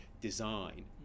design